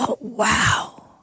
wow